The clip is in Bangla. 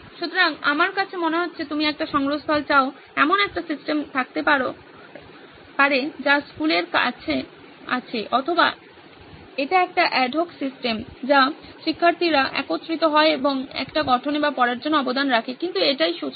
সুতরাং আমার কাছে মনে হচ্ছে তুমি একটি সংগ্রহস্থল চাও এমন একটি সিস্টেমে থাকতে পারো যা স্কুলের আছে অথবা এটি একটি অ্যাডহক সিস্টেম যা শিক্ষার্থীরা একত্রিত হয় এবং একটি গঠনে বা পড়ার জন্য অবদান রাখে কিন্তু এটিই সূচনা